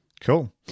Cool